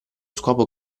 scopo